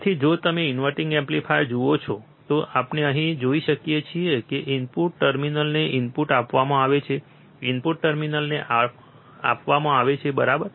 તેથી જો તમે ઇન્વર્ટીંગ એમ્પ્લીફાયર જુઓ છો તો આપણે અહીં જોઈ શકીએ છીએ કે ઇનપુટ ટર્મિનલને ઇનપુટ આપવામાં આવે છે ઇનપુટ ઇન્વર્ટીંગ ટર્મિનલને આપવામાં આવે છે બરાબર